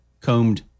combed